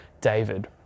David